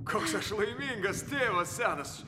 koks aš laimingas tėvas senas